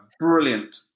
brilliant